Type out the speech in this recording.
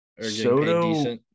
Soto